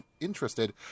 interested